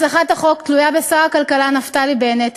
הצלחת החוק תלויה בשר הכלכלה נפתלי בנט,